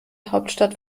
hauptstadt